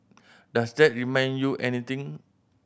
does that remind you anything